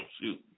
shoot